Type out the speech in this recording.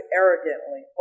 arrogantly